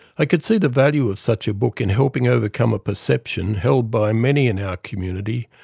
i could see the value of such a book in helping overcome a perception, held by many in our community,